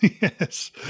Yes